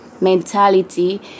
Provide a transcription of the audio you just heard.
mentality